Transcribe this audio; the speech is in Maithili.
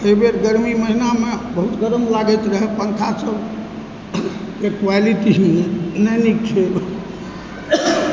अइ बेर गरमी महिनामे बहुत गरम लागैत रहय पंखाके क्वालिटी नहि नीक छलै